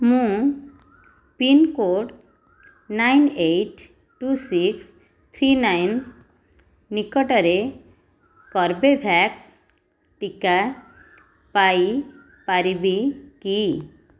ମୁଁ pincode nine eight two six three nine ନିକଟରେ Corbevax ଟିକା ପାଇପାରିବି କି